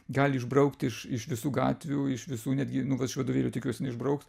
gali išbraukt iš iš visų gatvių iš visų netgi nu va iš vadovėlių tikiuosi neišbrauks